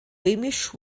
beamish